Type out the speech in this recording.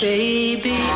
Baby